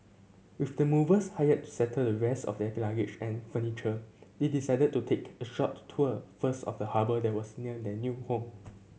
with the movers hired to settle the rest of their luggage and furniture they decided to take a short tour first of the harbour that was near their new home